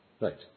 Right